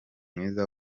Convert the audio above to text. mwiza